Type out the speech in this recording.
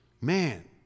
Man